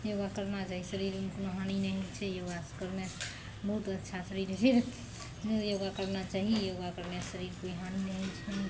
योगा करना चाही शरीरमे कोनो हानि नहि होइ छै योगा करनेसँ बहुत अच्छा शरीर रहय छै योगा करना चाही योगा करना से शरीरके कोइ हानि नहि होइ छै